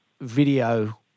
video